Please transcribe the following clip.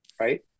right